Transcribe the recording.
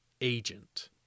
agent